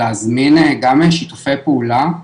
להזמין גם לשיתופי פעולה,